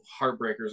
heartbreakers